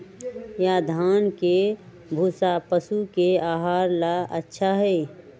या धान के भूसा पशु के आहार ला अच्छा होई?